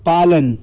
पालन